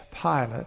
Pilate